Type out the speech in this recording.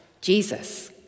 Jesus